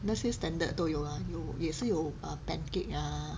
那些 standard 都有啦有也是有 err pancake ah